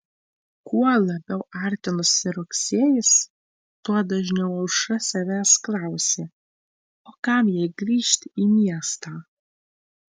kuo labiau artinosi rugsėjis tuo dažniau aušra savęs klausė o kam jai grįžti į miestą